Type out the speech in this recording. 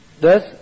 thus